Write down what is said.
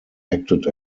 acted